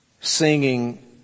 singing